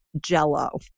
jello